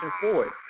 forward